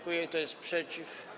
Kto jest przeciw?